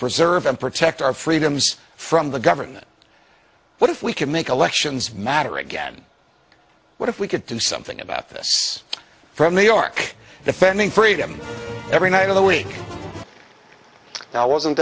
preserve and protect our freedoms from the government what if we could make elections matter again what if we could do something about this from new york defending freedom every night of the week now wasn't